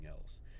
else